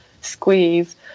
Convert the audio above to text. squeeze